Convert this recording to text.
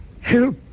Help